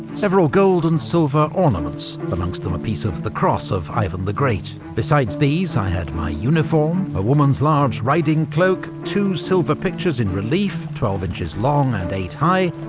several gold and silver ornaments, amongst them a piece of the cross of ivan the great. besides these i had my uniform, a woman's large riding-cloak, two silver pictures in relief, twelve inches long and eight high,